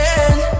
end